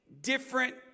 different